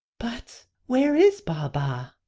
but where is baba?